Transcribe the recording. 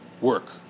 work